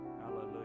Hallelujah